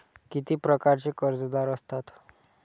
किती प्रकारचे कर्जदार असतात